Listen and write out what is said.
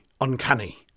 uncanny